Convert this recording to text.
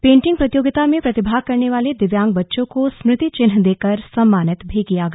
painting प्रतियोगिता में प्रतिभाग करने वाले दिव्यांग बच्चों को स्मृति चिन्ह देकर सम्मानित भी किया गया